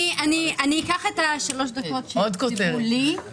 אני אקח את שלוש הדקות שהקציבו לי.